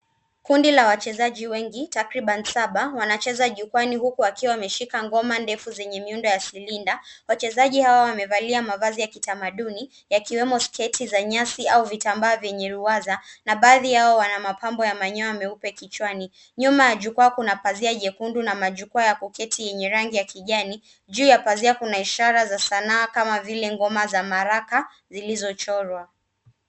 Kundi la wachezaji wapatao saba wanacheza huku wakiwa wameshika ngoma ndefu zenye umbo la silinda. Wamevalia mavazi ya kitamaduni, yakiwemo sketi za nyasi au vitambaa vyenye rangi ang’avu, na baadhi yao wana mapambo ya manyoya meupe kichwani. Nyuma yao, jukwaa lina pazia jekundu na viti vya kuketi vyenye rangi ya kijani, juu ya pazia kuna michoro ya sanaa kama ngoma za marimba zilizochorwa.